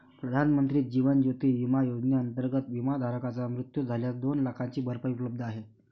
प्रधानमंत्री जीवन ज्योती विमा योजनेअंतर्गत, विमाधारकाचा मृत्यू झाल्यास दोन लाखांची भरपाई उपलब्ध आहे